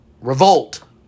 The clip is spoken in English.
revolt